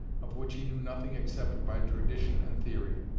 of which he knew nothing except by tradition and theory,